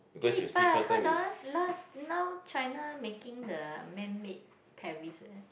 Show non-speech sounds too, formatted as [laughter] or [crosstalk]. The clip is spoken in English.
eh but I heard ah [noise] now China making the man made Paris eh